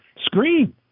scream